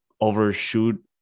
overshoot